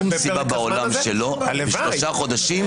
אין שום סיבה בעולם שלא בשלושה חודשים.